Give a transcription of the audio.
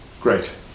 great